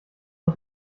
und